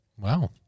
Wow